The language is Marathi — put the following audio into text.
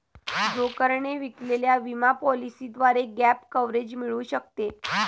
ब्रोकरने विकलेल्या विमा पॉलिसीद्वारे गॅप कव्हरेज मिळू शकते